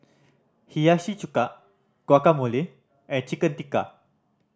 Hiyashi Chuka Guacamole and Chicken Tikka